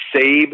Save